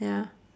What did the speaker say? ya